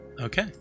okay